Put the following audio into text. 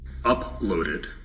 uploaded